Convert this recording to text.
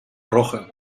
roja